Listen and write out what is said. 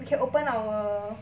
you can open our